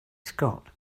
scott